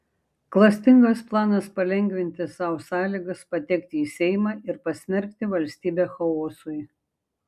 klastingas planas palengvinti sau sąlygas patekti į seimą ir pasmerkti valstybę chaosui